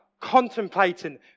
contemplating